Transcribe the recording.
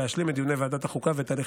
להשלים את דיוני ועדת החוקה ואת הליכי